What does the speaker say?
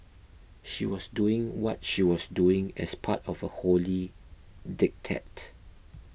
she was doing what she was doing as part of a holy diktat